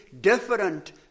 different